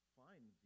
fine